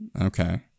Okay